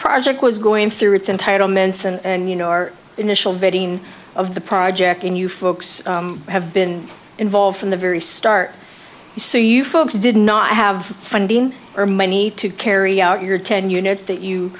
project was going through its entitlements and you know our initial vetting of the project and you folks have been involved from the very start so you folks did not have funding or money to carry out your ten units that you